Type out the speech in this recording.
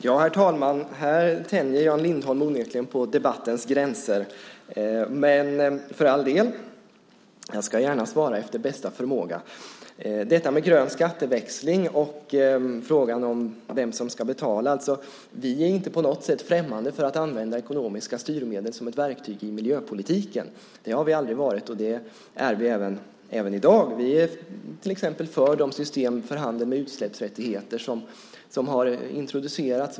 Herr talman! Här tänjer Jan Lindholm onekligen på debattens gränser - för all del. Jag ska gärna svara efter bästa förmåga. Det gällde grön skatteväxling och frågan om vem som ska betala. Vi är inte på något sätt främmande för att använda ekonomiska styrmedel som ett verktyg i miljöpolitiken. Det har vi aldrig varit, och vi är det även i dag. Vi är till exempel för de system med handel med utsläppsrättigheter som har introducerats.